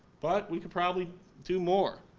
but we could probably do more.